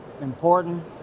important